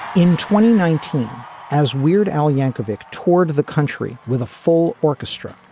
in twenty nineteen as weird al yankovic toured the country with a full orchestra,